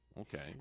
okay